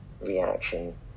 reaction